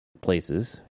places